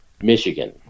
Michigan